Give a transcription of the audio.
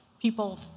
people